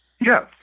Yes